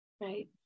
Right